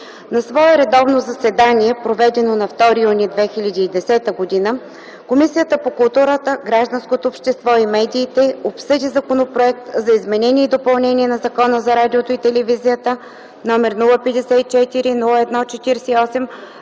На свое редовно заседание, проведено на 2 юни 2010 г., Комисията по културата, гражданското общество и медиите обсъди Законопроект за изменение и допълнение на Закона за радиото и телевизията, № 054-01-48,